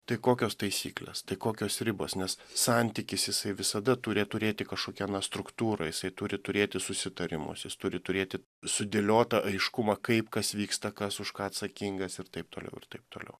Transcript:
tai kokios taisyklės tai kokios ribos nes santykis jisai visada turi turėti kažkokią na struktūrą jisai turi turėti susitarimus jis turi turėti sudėliotą aiškumą kaip kas vyksta kas už ką atsakingas ir taip toliau ir taip toliau